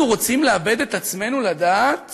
אנחנו רוצים לאבד את עצמנו לדעת